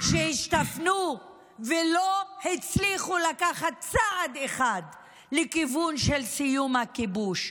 שהשתפנו ולא הצליחו לקחת צעד אחד לכיוון של סיום הכיבוש.